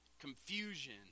Confusion